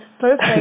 perfect